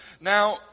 Now